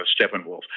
Steppenwolf